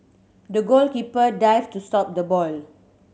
the goalkeeper dived to stop the ball